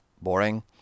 Boring